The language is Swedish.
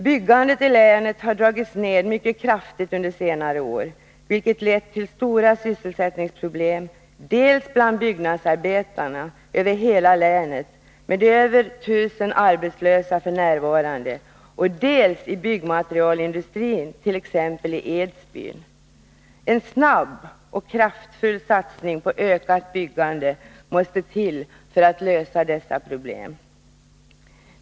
Byggandet i länet har dragits ned mycket kraftigt under senare år, vilket lett till stora sysselsättningsproblem dels bland byggnadsarbetarna över hela länet med över 1 000 arbetslösa f. n., dels i byggmaterialindustrin, t.ex. i Edsbyn. En snabb och kraftfull satsning på ökat byggande måste till för att lösa dessa problem.